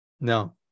no